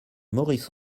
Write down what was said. maurice